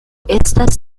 estas